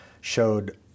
showed